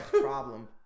problem